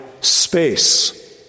space